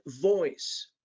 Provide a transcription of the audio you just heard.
voice